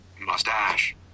Mustache